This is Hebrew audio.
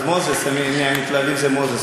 אז מוזס, מהמתלהבים זה מוזס.